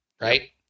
right